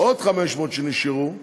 עוד 500 שנשארו,